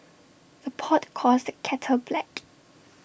the pot calls the kettle black